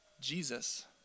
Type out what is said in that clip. Jesus